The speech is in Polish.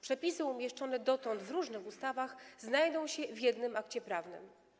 Przepisy umieszczone dotąd w różnych ustawach znajdą się w jednym akcie prawnym.